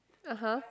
(uh huh)